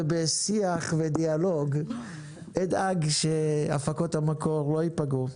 בשיח ובדיאלוג אדאג שהפקות המקור לא ייפגעו.